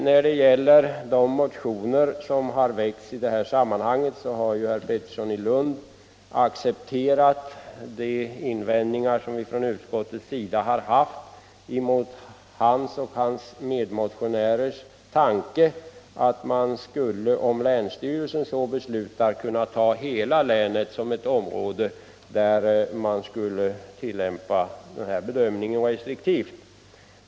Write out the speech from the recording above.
När det gäller de motioner som väckts i det här sammanhanget har herr Pettersson i Lund accepterat de invändningar som utskottet haft mot hans och hans medmotionärers tanke om att ta hela länet, om länsstyrelsen så beslutar, som ett område där tillståndsgivningen skulle kunna tillämpas restriktivt.